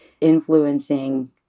influencing